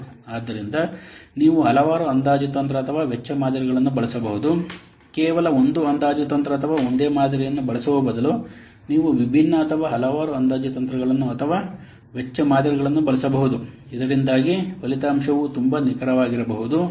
ಆದ್ದರಿಂದ ನೀವು ಹಲವಾರು ಅಂದಾಜು ತಂತ್ರ ಅಥವಾ ವೆಚ್ಚ ಮಾದರಿಗಳನ್ನು ಬಳಸಬಹುದು ಕೇವಲ ಒಂದು ಅಂದಾಜು ತಂತ್ರ ಅಥವಾ ಒಂದೇ ಮಾದರಿಯನ್ನು ಬಳಸುವ ಬದಲು ನೀವು ವಿಭಿನ್ನ ಅಥವಾ ಹಲವಾರು ಅಂದಾಜು ತಂತ್ರಗಳನ್ನು ಅಥವಾ ವೆಚ್ಚ ಮಾದರಿಗಳನ್ನು ಬಳಸಬಹುದು ಇದರಿಂದಾಗಿ ಫಲಿತಾಂಶವು ತುಂಬಾ ನಿಖರವಾಗಿರಬಹುದು